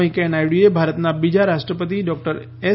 વેંકૈયા નાયડુએ ભારતના બીજા રાષ્ટ્રપતિ ડોક્ટર એસ